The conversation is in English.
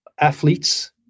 athletes